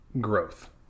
growth